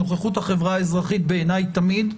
נוכחות החברה האזרחית בעיניי תמיד,